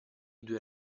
due